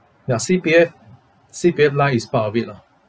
ya C_P_F C_P_F LIFE is part of it lor